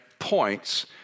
points